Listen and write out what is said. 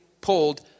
pulled